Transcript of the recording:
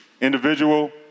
individual